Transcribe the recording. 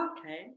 Okay